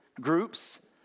groups